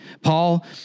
Paul